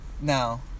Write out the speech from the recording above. now